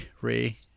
Ray